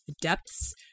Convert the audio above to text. depths